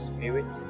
Spirit